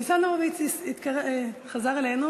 ניצן הורוביץ חזר אלינו.